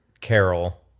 Carol